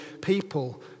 people